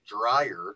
dryer